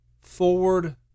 forward